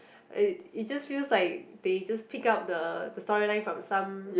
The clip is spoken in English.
it just feels like they just pick up the the story line from some